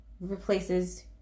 replaces